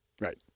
Right